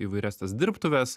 įvairias dirbtuves